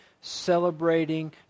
celebrating